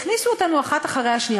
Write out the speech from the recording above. הכניסו אותנו זו אחר זו.